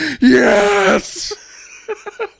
yes